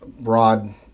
broad